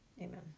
amen